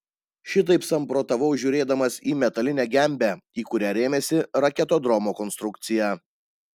šitaip samprotavau žiūrėdamas į metalinę gembę į kurią rėmėsi raketodromo konstrukcija